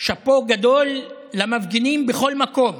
שאפו גדול, למפגינים בכל מקום